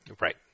Right